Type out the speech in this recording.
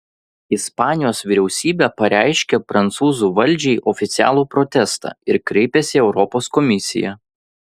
ispanijos vyriausybė pareiškė prancūzų valdžiai oficialų protestą ir kreipėsi į europos komisiją